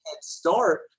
start